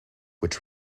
which